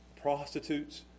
prostitutes